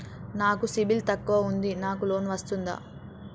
నాకు సిబిల్ తక్కువ ఉంది నాకు లోన్ వస్తుందా?